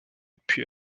puis